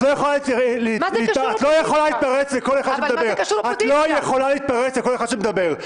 את לא יכולה להתערב לכל אחד שמדבר.